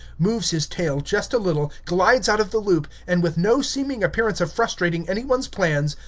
moves his tail just a little, glides out of the loop, and with no seeming appearance of frustrating any one's plans,